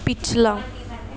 ਪਿਛਲਾ